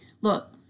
Look